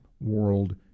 world